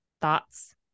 thoughts